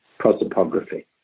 prosopography